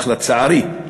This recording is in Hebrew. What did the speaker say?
אך, לצערי,